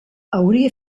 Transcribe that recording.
hauria